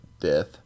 death